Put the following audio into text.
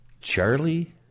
Charlie